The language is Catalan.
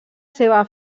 seva